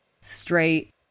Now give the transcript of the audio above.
straight